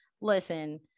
listen